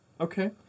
Okay